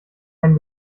ein